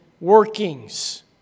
workings